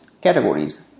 categories